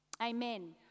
Amen